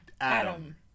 Adam